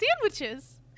sandwiches